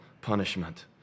punishment